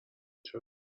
چرا